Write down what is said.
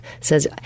says